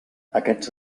aquests